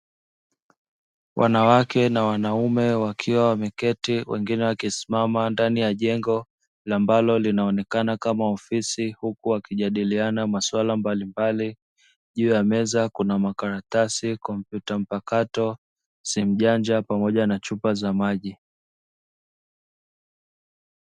Wanawake na wanaume wakiwa wameketi wengine wakisimama ndani ya jengo ambalo linaonekana kama ofisi huku akijadiliana masuala mbalimbali juu ya meza kuna makaratasi kompyuta mpakato si mjanja pamoja na chupa za maji.